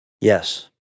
Yes